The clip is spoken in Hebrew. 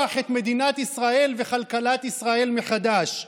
את מדינת ישראל וכלכלת ישראל מחדש,